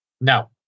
No